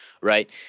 right